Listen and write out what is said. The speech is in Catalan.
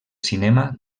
cinema